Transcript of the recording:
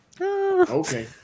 Okay